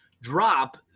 drop